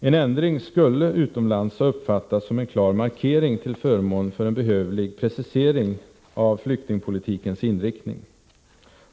En ändring skulle utomlands ha uppfattats som en klar markering till förmån för en behövlig precisering av flyktingpolitikens inriktning.